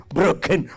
broken